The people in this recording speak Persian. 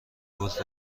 گلف